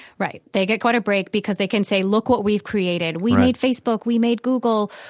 right. they get quite a break because they can say, look what we've created. we made facebook, we made google,